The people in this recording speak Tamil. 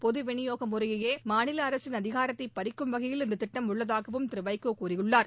பொது விநியோக முறையை மாநில அரசின் அதிகாரத்தை பறிக்கும் வகையில் இந்தத் திட்டம் உள்ளதாகவும் திரு வைகோ கூறியுள்ளார்